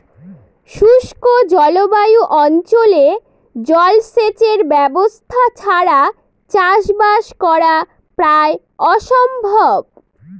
শুষ্ক জলবায়ু অঞ্চলে জলসেচের ব্যবস্থা ছাড়া চাষবাস করা প্রায় অসম্ভব